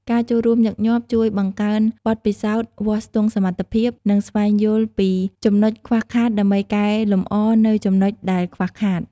ការចូលរួមញឹកញាប់ជួយបង្កើនបទពិសោធន៍ វាស់ស្ទង់សមត្ថភាព និងស្វែងយល់ពីចំណុចខ្វះខាតដើម្បីកែលម្អនូវចំណុចដែរខ្វះខាត ។